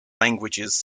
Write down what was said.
languages